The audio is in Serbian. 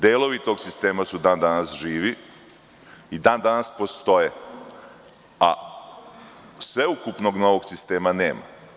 Delovi tog sistema su dan danas živi i dan danas postoje, a sveukupnog novog sistema nema.